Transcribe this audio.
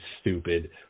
stupid